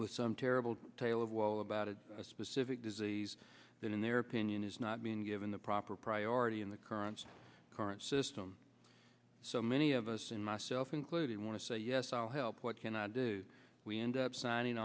with some terrible tale of woe about a specific disease that in their opinion is not being given the proper priority in the current current system so many of us myself included want to say yes i'll help what can i do we end up signing